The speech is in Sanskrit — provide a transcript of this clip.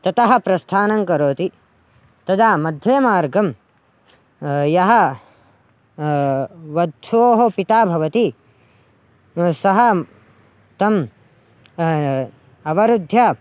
ततः प्रस्थानं करोति तदा मध्ये मार्गं यः वत्सोः पिता भवति सः तम् अवरुद्ध्य